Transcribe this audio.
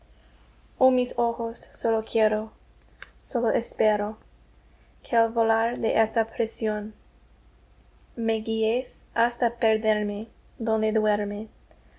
oh mis ojos sólo quiero sólo espero que al volar de esta prisión me guiéis hasta perderme donde duerme